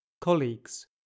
colleagues